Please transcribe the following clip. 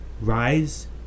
rise